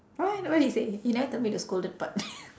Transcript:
what what he say you never tell me the scolded part